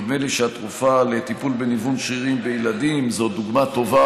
נדמה לי שהתרופה לטיפול בניוון שרירים בילדים זו דוגמה טובה